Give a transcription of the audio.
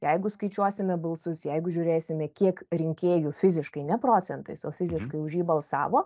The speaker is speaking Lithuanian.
jeigu skaičiuosime balsus jeigu žiūrėsime kiek rinkėjų fiziškai ne procentais o fiziškai už jį balsavo